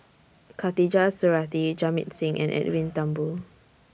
Khatijah Surattee Jamit Singh and Edwin Thumboo